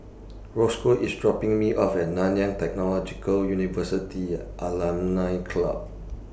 Rosco IS dropping Me off At Nanyang Technological University Alumni Club